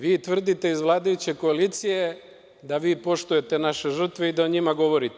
Vi tvrdite iz vladajuće koalicije da vi poštujete naše žrtve i da o njima govorite.